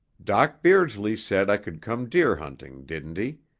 doc beardsley said i could come deer hunting, didn't he?